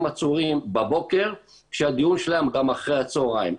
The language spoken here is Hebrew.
עצורים בבוקר כשהדיון שלהם גם אחרי הצהריים,